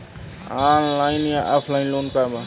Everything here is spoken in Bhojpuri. ऑनलाइन या ऑफलाइन लोन का बा?